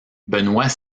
benoit